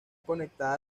conectada